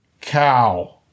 cow